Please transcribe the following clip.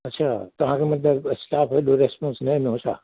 अच्छा तव्हां तव्हांजो मतिलबु स्टाफ एॾो रिसपोंस न ॾिनो छा